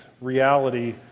reality